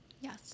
Yes